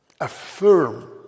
affirm